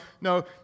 no